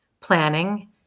Planning